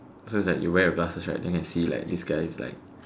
so you like wear your glasses right then you can see this guy is like